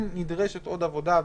כן נדרשת עוד עבודה,